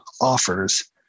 offers